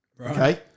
Okay